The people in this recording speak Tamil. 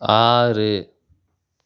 ஆறு